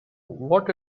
what